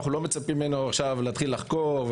אנחנו לא מצפים ממנו עכשיו להתחיל לחקור,